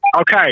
Okay